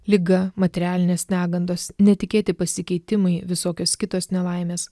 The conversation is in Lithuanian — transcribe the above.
liga materialinės negandos netikėti pasikeitimai visokios kitos nelaimės